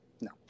no